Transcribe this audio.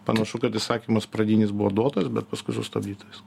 panašu kad įsakymas pradinis buvo duotas bet paskui sustabdyta vis